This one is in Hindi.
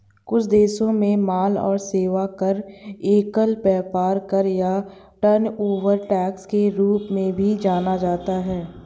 कुछ देशों में माल और सेवा कर, एकल व्यापार कर या टर्नओवर टैक्स के रूप में भी जाना जाता है